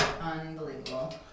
unbelievable